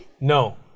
No